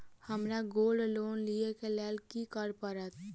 हमरा gold loan लिय केँ लेल की करऽ पड़त?